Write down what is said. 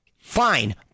Fine